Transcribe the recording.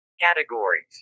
Categories